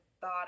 thought